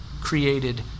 created